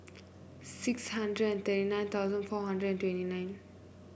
six hundred and thirty nine thousand four hundred and twenty nine